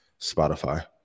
Spotify